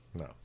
no